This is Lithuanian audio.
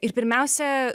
ir pirmiausia